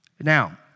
Now